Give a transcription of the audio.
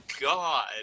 god